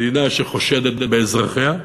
מדינה שחושדת באזרחיה,